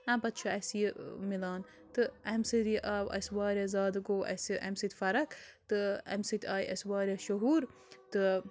اَمہِ پتہٕ چھُ اَسہِ یہِ مِلان تہٕ اَمہِ سٔژ یہِ آو اَسہِ وارِیاہ زیادٕ گوٚو اَسہِ اَمہِ سۭتۍ فرق تہٕ اَمہِ سۭتۍ آیہِ اَسہِ وارِیاہ شُہوٗرتہٕ